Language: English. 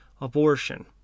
abortion